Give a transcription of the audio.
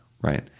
right